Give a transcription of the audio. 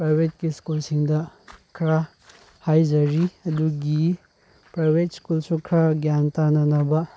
ꯄ꯭ꯔꯥꯏꯚꯦꯠꯀꯤ ꯁ꯭ꯀꯨꯜꯁꯤꯡꯗ ꯈꯔ ꯍꯥꯏꯖꯔꯤ ꯑꯗꯨꯒꯤ ꯄ꯭ꯔꯥꯏꯚꯦꯠ ꯁ꯭ꯀꯨꯜꯁꯨ ꯈꯔ ꯒ꯭ꯌꯥꯟ ꯇꯥꯅꯅꯕ